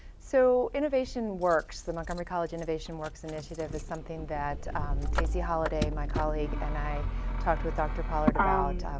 so, innovation works, the montgomery college innovation works initiative is something that daisy holiday, my colleague and i talked with dr pollard about,